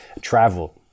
Travel